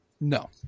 No